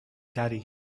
daddy